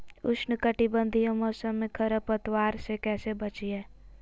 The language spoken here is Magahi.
उष्णकटिबंधीय मौसम में खरपतवार से कैसे बचिये?